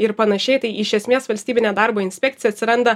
ir panašiai tai iš esmės valstybinė darbo inspekcija atsiranda